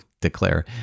declare